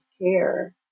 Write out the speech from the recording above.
care